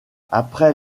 après